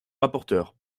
rapporteur